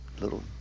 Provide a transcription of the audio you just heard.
little